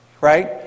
right